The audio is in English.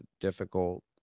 difficult